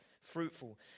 fruitful